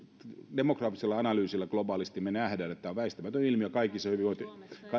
demografisella analyysilla globaalisti me näemme että tämä on väistämätön ilmiö kaikissa hyvinvointi